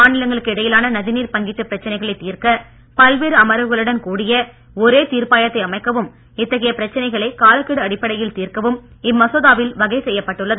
மாநிலங்களுக்கு இடையிலான நதிநீர் பங்கீட்டு பிரச்சனைகளை தீர்க்க பல்வேறு அமர்வுகளுடன் கூடிய ஒரே தீர்ப்பாயத்தை அமைக்கவும் இத்தகைய பிரச்சனைகளை காலக்கெடு அடிப்படையில் தீர்க்கவும் இம்மசோதாவில் வகை செய்யப்பட்டுள்ளது